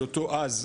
היותו אז,